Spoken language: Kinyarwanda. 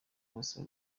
bose